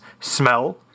smell